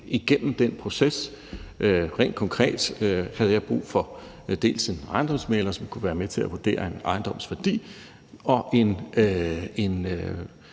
Rent konkret havde jeg brug for dels en ejendomsmægler, som kunne være med til at vurdere en ejendoms værdi, og dels